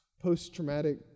post-traumatic